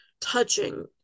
touching